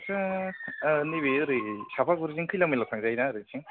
आटसा नैबे ओरै साफागुरिजों खैला मैला थांजायो ना ओरैथिं